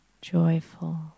joyful